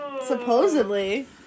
Supposedly